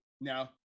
No